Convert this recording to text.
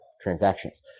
transactions